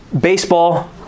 baseball